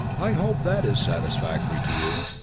i hope that is satisfactory to you!